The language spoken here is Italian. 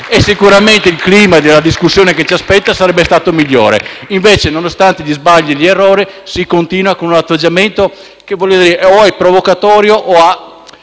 e sicuramente il clima della discussione che ci aspetta sarebbe stato migliore. Invece, nonostante gli errori, si continua con un atteggiamento che o è provocatorio o ha